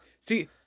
see